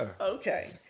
Okay